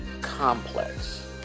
complex